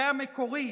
זה המקורי,